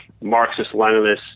Marxist-Leninist